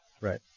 right